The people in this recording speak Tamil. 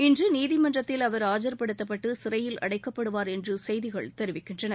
இன்று நீதிமன்றத்தில் அவர் ஆஜ்படுத்தப்பட்டு சிறையில் அடைக்கப்படுவார் என்று செய்திகள் தெரிவிக்கின்றன